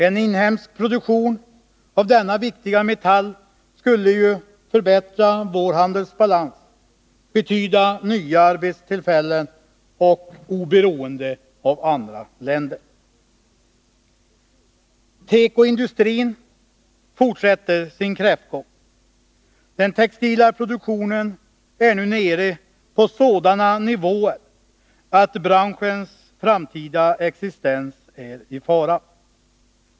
En inhemsk produktion av denna viktiga metall skulle ju förbättra vår handelsbalans, betyda nya arbetstillfällen och oberoende av andra länder. Tekoindustrin fortsätter sin kräftgång. Den textila produktionen är nu nere på sådana nivåer att branschens framtida existens är i fara.